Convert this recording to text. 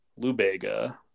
Lubega